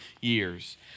years